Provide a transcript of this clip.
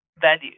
value